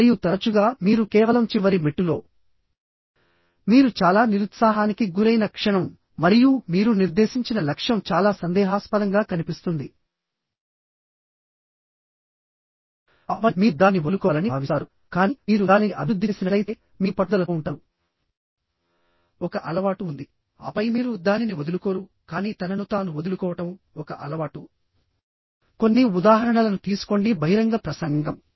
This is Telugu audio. మరియు తరచుగా మీరు కేవలం చివరి మెట్టులో మీరు చాలా నిరుత్సాహానికి గురైన క్షణం మరియు మీరు నిర్దేశించిన లక్ష్యం చాలా సందేహాస్పదంగా కనిపిస్తుంది ఆపై మీరు దానిని వదులుకోవాలని భావిస్తారు కానీ మీరు దానిని అభివృద్ధి చేసినట్లయితే మీరు పట్టుదలతో ఉంటారు ఒక అలవాటు ఉందిఆపై మీరు దానిని వదులుకోరుకానీ తనను తాను వదులుకోవడం ఒక అలవాటు కొన్ని ఉదాహరణలను తీసుకోండి బహిరంగ ప్రసంగం